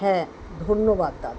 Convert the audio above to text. হ্যাঁ ধন্যবাদ দাদা